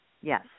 Yes